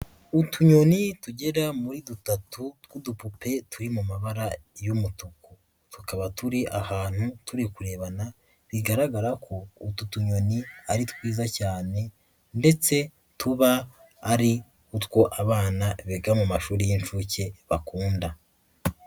Utunyoni tugera muri dutatu tw'udupupe, turi mu mabara y'umutuku. Tukaba turi ahantu, turi kurebana, bigaragara ko utu tunyoni ari twiza cyane ndetse tuba ari utwo abana biga mu mashuri y'inshuke bakunda.